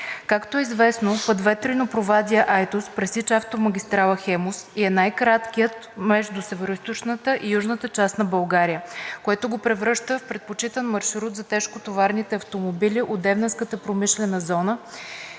Както е известно, път Ветрино – Провадия – Айтос пресича автомагистрала „Хемус“ и е най-краткият между североизточната и южната част на България, което го превръща в предпочитан маршрут за тежкотоварните автомобили от Девненската промишлена зона